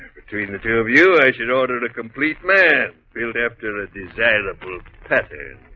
between the two of you i should order the complete man field after a desirable pattern.